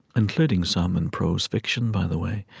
including some in prose fiction, by the way,